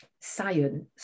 science